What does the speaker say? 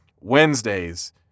Wednesdays